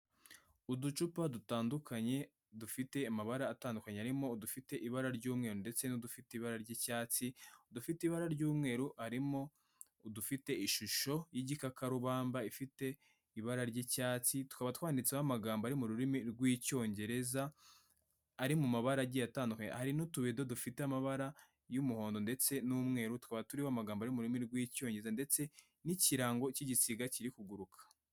Uducupa dutandukanye dufite amabara atandukanye harimo udufite ibara ry'umweru ndetse n'udufite ibara ry'icyatsi, udufite ibara ry'umweru harimo udufite ishusho y'igikakarubamba ifite ibara ry'icyatsi, tukaba twanditseho amagambo ari mu rurimi rw'icyongereza, ari mu mabara agiye atandukanye, hari n'utubido dufite amabara y'umuhondo ndetse n'umweru tukaba turiho amagambo ari mu rurimi rw'icyongereza ndetse n'ikirango cy'igisiga kiri kuguruka.